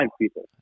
people